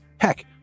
Heck